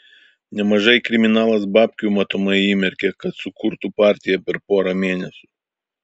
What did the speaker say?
nemažai kriminalas babkių matomai įmerkė kad sukurtų partiją per porą mėnesių